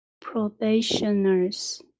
probationers